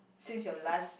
since your last